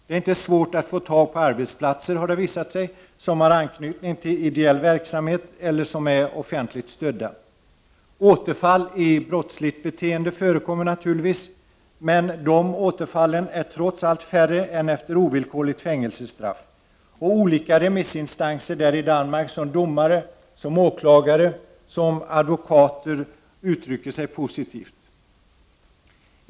Det är inte svårt att få tag på arbetsplatser, som har anknytning till ideell verksamhet eller är offentligt stödda. Återfall i brottsligt beteende förekommer naturligtvis, men de är trots allt färre än efter ovillkorligt fängelsestraff. Olika remissinstanser i Danmark såsom domare, åklagare och advokater uttrycker sig positivt.